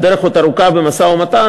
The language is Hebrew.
הדרך עוד ארוכה במשא-ומתן,